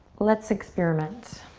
let's experiment.